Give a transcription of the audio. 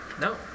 No